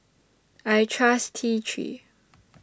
I Trust T three